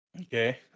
Okay